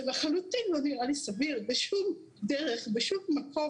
זה לחלוטין לא נראה לי סביר בשום דרך או מקום